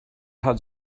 had